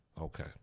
Okay